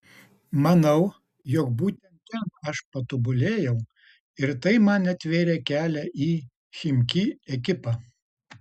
manau jog būtent ten aš patobulėjau ir tai man atvėrė kelią į chimki ekipą